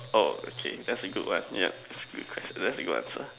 orh okay that's a good one yup that's a good quest~ that's a good answer